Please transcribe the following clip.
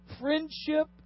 Friendship